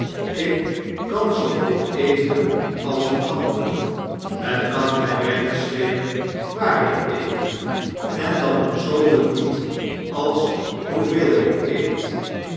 ik kan zoo goed eten als een ander het kan my weinig schelen waar ik eet en dat nog zooveel niet als hoeveel ik eet